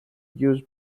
use